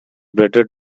better